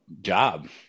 job